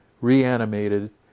reanimated